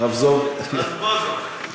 רבזוב, רזבוזוב.